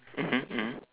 mmhmm mmhmm